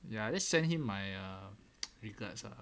ya just send him my ah regards ah